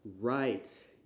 Right